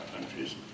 countries